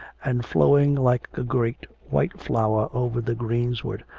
and flowing like a great white flower over the greensward,